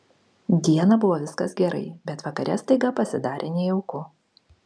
dieną buvo viskas gerai bet vakare staiga pasidarė nejauku